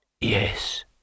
Yes